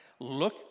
Look